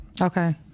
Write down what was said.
Okay